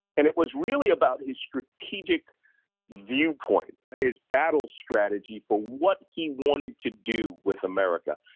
and it was really about his strategic viewpoint, his battle strategy for what he wanted to do with america,